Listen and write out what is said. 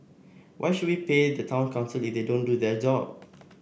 why should we pay the town council if they didn't do their job